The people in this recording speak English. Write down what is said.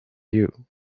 you